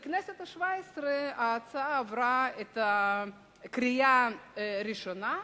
בכנסת השבע-עשרה ההצעה עברה קריאה ראשונה,